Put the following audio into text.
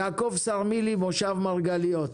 יעקב סרמילי מושב מרגליות.